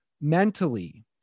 mentally